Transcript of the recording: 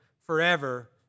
forever